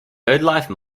birdlife